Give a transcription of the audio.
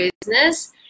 business